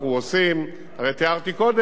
הרי תיארתי קודם רק במקצת.